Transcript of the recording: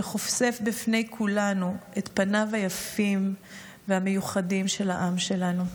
שחושפים בפני כולנו את פניו היפים והמיוחדים של העם שלנו.